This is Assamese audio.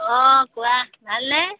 অঁ কোৱা ভালনে